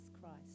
Christ